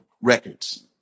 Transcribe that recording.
records